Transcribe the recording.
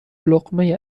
لقمه